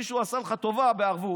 מישהו עשה לך טובה בערבות,